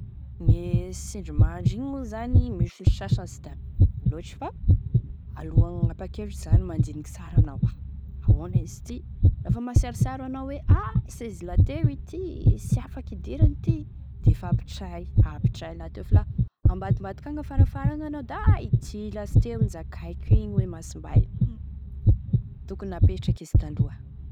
Gne sindrimandry igny moa zany misy olo sasany sy da mino an'azy loatry fa alohane manapakevitry zany mandiniky tsara anao ahoana izy ity lefa masiarosiaro anao hoe a sy izy lateo izy ity sy afaky hidiragny ty defa apitray apitray lateo fa ambadimbadiky agny afarafara agny anao da a ity lasteo e nozakaiko igny hoe e masimbay tokony napetraky izy taloha.